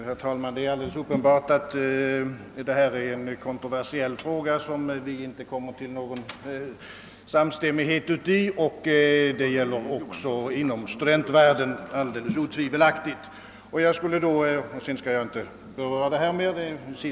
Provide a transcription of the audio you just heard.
Herr talman! Det är alldeles uppenbart att detta är en kontroversiell fråga som vi inte kommer till någon samstämmighet i. Detta är alldeles otvivelaktigt förhållandet också inom studentvärlden.